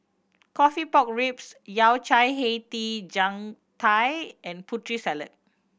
coffee pork ribs Yao Cai hei di jiang tai and Putri Salad